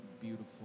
beautiful